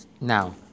Now